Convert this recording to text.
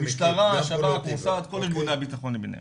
המשטרה, השב"כ, המוסד, כל ארגוני הבטחון למיניהם.